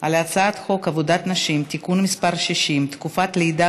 על הצעת חוק עבודת נשים (תיקון מס' 60) (תקופת לידה